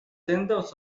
tenda